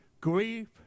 grief